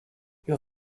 your